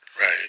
Right